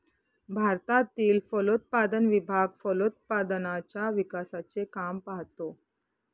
भारतातील फलोत्पादन विभाग फलोत्पादनाच्या विकासाचे काम पाहतो